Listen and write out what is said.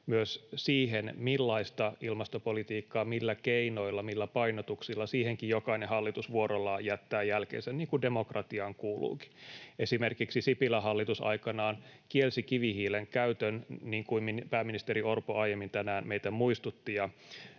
Myös siihen, millaista ilmastopolitiikkaa tehdään — millä keinoilla, millä painotuksilla —, jokainen hallitus vuorollaan jättää jälkensä, niin kuin demokratiaan kuuluukin. Esimerkiksi Sipilän hallitus aikanaan kielsi kivihiilen käytön — niin kuin pääministeri Orpo aiemmin tänään meitä muistutti.